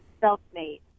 self-made